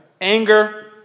Anger